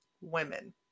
women